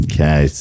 Okay